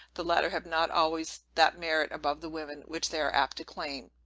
the latter have not always that merit above the women, which they are apt to claim.